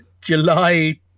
July